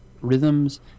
rhythms